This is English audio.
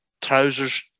trousers